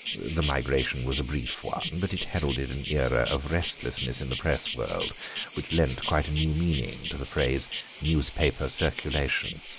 the migration was a brief one, but it heralded an era of restlessness in the press world which lent quite a new meaning to the phrase newspaper circulation